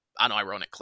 unironically